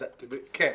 לא.